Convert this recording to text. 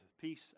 peace